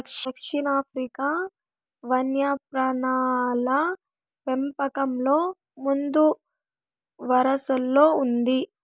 దక్షిణాఫ్రికా వన్యప్రాణుల పెంపకంలో ముందువరసలో ఉంది